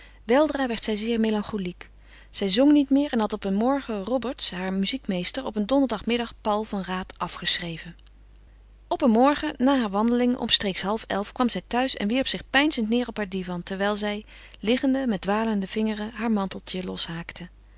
weldra werd zij zeer melancholiek zij zong niet meer en had op een morgen roberts haar muziekmeester op een donderdagmiddag paul van raat afgeschreven op een morgen na haar wandeling omstreeks half elf kwam zij thuis en wierp zich peinzend neêr op haar divan terwijl zij liggende met dwalende vingeren haar manteltje loshaakte